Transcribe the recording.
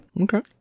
Okay